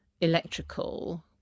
electrical